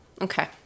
Okay